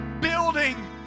building